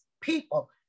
people